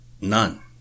None